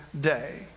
day